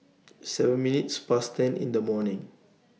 seven minutes Past ten in The morning